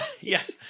yes